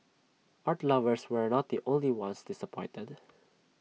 art lovers were not the only ones disappointed